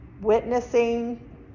witnessing